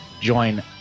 Join